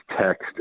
text